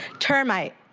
termite.